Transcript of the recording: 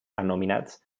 anomenats